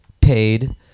paid